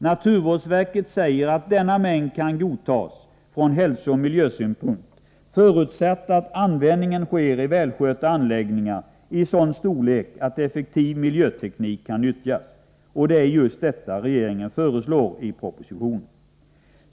Naturvårdsverket säger att denna mängd kan godtas från hälsooch miljösynpunkt förutsatt att användningen sker i välskötta anläggningar av sådan storlek att effektiv miljöteknik kan utnyttjas. Och det är just detta regeringen föreslår i propositionen.